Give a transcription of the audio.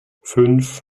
fünf